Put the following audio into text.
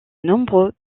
nombreux